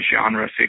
genre